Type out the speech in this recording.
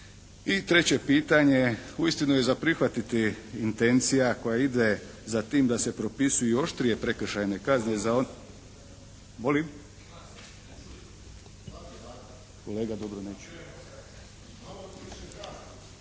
I treće pitanje je uistinu je za prihvatiti intencija koja ide za tim da se propisuju i oštrije prekršajne kazne za …… /Upadica se